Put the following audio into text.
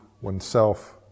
oneself